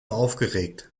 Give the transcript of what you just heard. aufgeregt